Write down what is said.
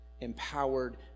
empowered